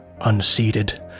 unseated